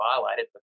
violated